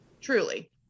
Truly